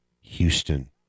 houston